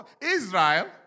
Israel